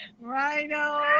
Rhino